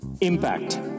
Impact